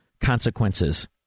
consequences